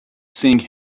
seeing